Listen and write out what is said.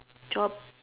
job